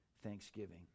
Thanksgiving